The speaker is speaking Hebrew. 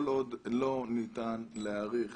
כל עוד לא ניתן להעריך